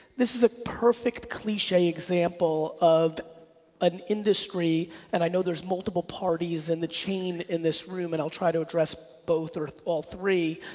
this is a perfect cliche example of an industry and i know there's multiple parties and chain in this room and i'll try to address both or all three